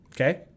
Okay